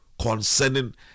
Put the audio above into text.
concerning